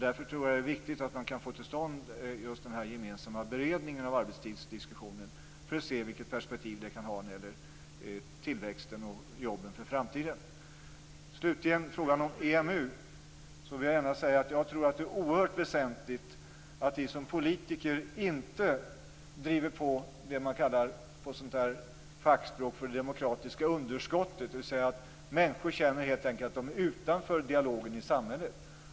Därför är det viktigt att få till stånd en gemensam beredning av arbetstidsdiskussionen, för att se den mot bakgrund av tillväxt och jobb inför framtiden. När det gäller frågan om EMU vill jag säga att det är oerhört väsentligt att vi politiker inte driver på det man på fackspråk kallar för det demokratiska underskottet. Det innebär att människor känner att de är utanför dialogen i samhället.